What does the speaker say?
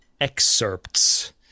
Excerpts